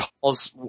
calls